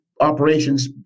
operations